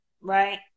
right